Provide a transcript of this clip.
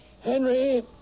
Henry